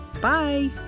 Bye